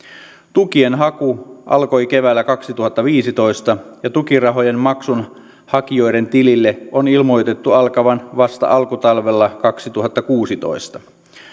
tukien haku alkoi keväällä kaksituhattaviisitoista ja tukirahojen maksun hakijoiden tilille on ilmoitettu alkavan vasta alkutalvella kaksituhattakuusitoista